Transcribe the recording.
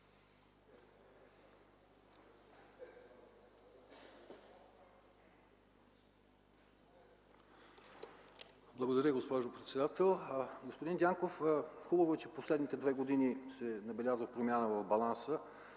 Благодаря, госпожо председател. Господин Дянков, хубаво е, че през последните две години се забелязва промяна в баланса.